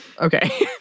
okay